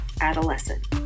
adolescent